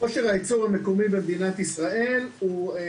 כושר הייצור המקומי במדינת ישראל הוא.